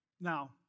Now